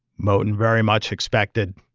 moton very much expected